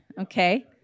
okay